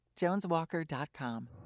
JonesWalker.com